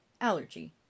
Allergy